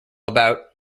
about